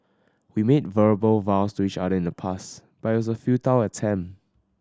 we made verbal vows to each other in the past but it was a futile attempt